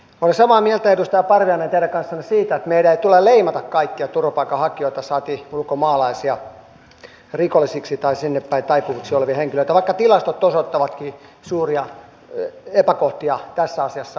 olen samaa mieltä edustaja parviainen teidän kanssanne siitä että meidän ei tule leimata kaikkia turvapaikanhakijoita saati ulkomaalaisia rikollisiksi tai sinnepäin taipuviksi henkilöiksi vaikka tilastot osoittavatkin suuria epäkohtia tässä asiassa